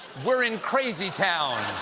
we're in crazytown.